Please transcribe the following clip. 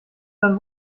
dann